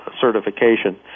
certification